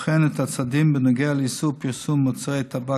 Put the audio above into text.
בוחן את הצעדים בנוגע לאיסור פרסום מוצרי טבק